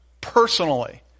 personally